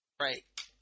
Right